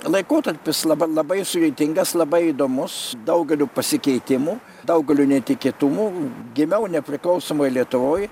laikotarpis laba labai sudėtingas labai įdomus daugeliu pasikeitimų daugeliu netikėtumų gimiau nepriklausomoj lietuvoj